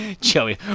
Joey